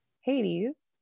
Hades